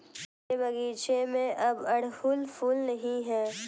मेरे बगीचे में अब अड़हुल फूल नहीं हैं